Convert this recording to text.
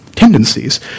tendencies